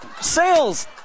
Sales